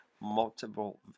multiple